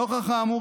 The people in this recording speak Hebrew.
נוכח האמור,